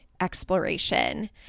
exploration